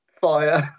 fire